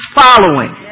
following